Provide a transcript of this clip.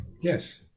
Yes